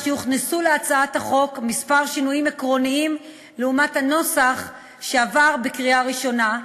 שיוכנסו להצעת החוק כמה שינויים עקרוניים לעומת הנוסח שעבר בקריאה ראשונה,